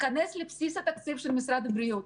יכנס לבסיס התקציב של משרד הבריאות,